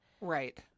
Right